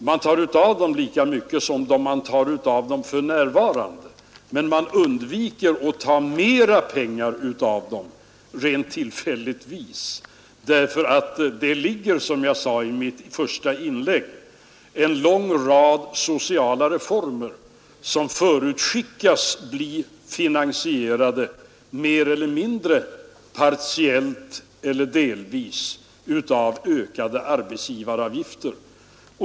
Man tar av dem lika mycket som man tar för närvarande, men man undviker att ta mera pengar av dem -— rent tillfälligt — därför att det ligger, som jag sade i mitt första inlägg, en lång rad sociala reformer som förutskickas mer eller mindre partiellt eller delvis bli finansierade av ökade arbetsgivaravgifter.